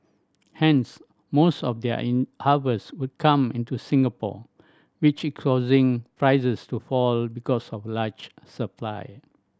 hence most of their in harvest would come into Singapore which is causing prices to fall because of the large supply